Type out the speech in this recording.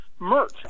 Merch